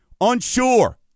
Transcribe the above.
unsure